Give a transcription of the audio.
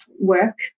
work